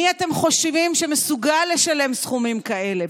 מי אתם חושבים שמסוגל לשלם סכומים כאלה?